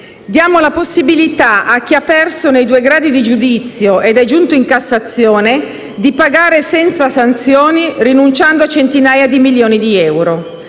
la possibilità a chi ha perso nei due gradi di giudizio ed è giunto in Cassazione di pagare senza sanzioni, rinunciando a centinaia di milioni di euro.